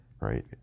right